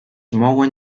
mouen